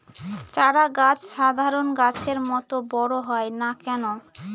চারা গাছ সাধারণ গাছের মত বড় হয় না কেনো?